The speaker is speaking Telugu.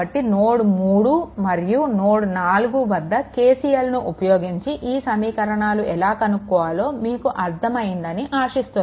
కాబట్టి నోడ్3 మరియు నోడ్4 వద్ద KCLను ఉపయోగించి ఈ సమీకరణాలు ఎలా కనుక్కోవాలో మీకు అర్ధం అయ్యిందని ఆశిస్తున్నాను